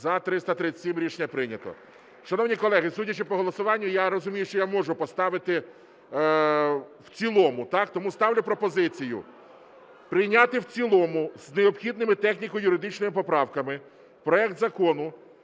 За-337 Рішення прийнято. Шановні колеги, судячи по голосуванню, я розумію, що я можу поставити в цілому. Так? Тому ставлю пропозицію прийняти в цілому з необхідними техніко-юридичними поправками проект Закону